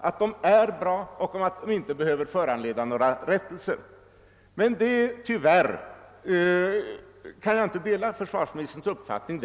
Han menar att förhållandena är bra som de är och inte behöver föranleda några åtgärder. Tyvärr kan jag inte dela försvarsministerns uppfattning.